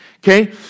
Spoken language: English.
Okay